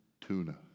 tuna